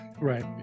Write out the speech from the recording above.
right